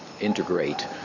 integrate